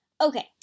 Okay